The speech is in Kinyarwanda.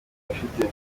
bafite